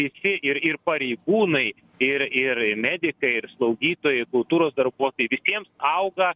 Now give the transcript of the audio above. visi ir ir pareigūnai ir ir medikai ir slaugytojai kultūros darbuotojai visiems auga